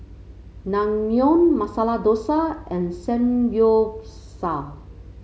Naengmyeon Masala Dosa and Samgyeopsal